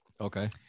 Okay